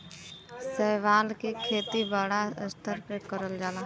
शैवाल के खेती बड़ा स्तर पे करल जाला